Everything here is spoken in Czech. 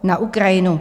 Na Ukrajinu!